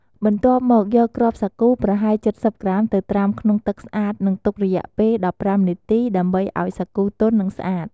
បន្ទាប់មកយកគ្រាប់សាគូប្រហែល ៧០ ក្រាមទៅត្រាំក្នុងទឹកស្អាត និងទុករយៈពេល ១៥ នាទី ដើម្បីឱ្យសាគូទន់ និងស្អាត។